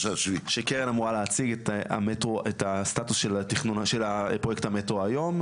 שקרן אמורה להציג את הסטטוס של התכנון של פרויקט המטרו היום,